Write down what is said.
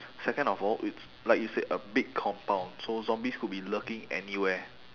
second of all it's like you said a big compound so zombies could be lurking anywhere